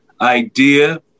idea